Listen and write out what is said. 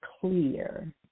clear